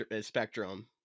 spectrum